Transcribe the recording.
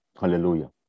Hallelujah